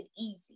easy